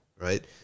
right